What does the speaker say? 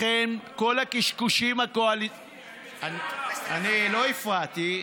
לכן, כל הקשקושים, אני לא הפרעתי.